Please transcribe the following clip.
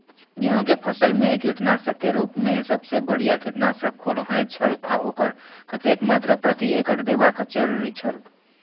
गेहूं के फसल मेय कीटनाशक के रुप मेय सबसे बढ़िया कीटनाशक कुन होए छल आ ओकर कतेक मात्रा प्रति एकड़ देबाक जरुरी छल?